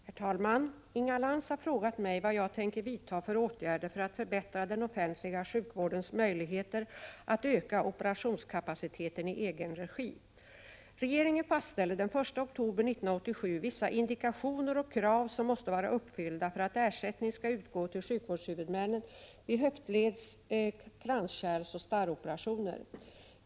Herr talman! Inga Lantz har frågat mig vad jag tänker vidta för åtgärder för att förbättra den offentliga sjukvårdens möjligheter att öka operationskapaciteten i egen regi. Regeringen fastställde den 1 oktober 1987 vissa indikationer och krav som måste vara uppfyllda för att ersättning skall utgå till sjukvårdshuvudmännen vid höftleds-, kranskärlsoch starroperationer.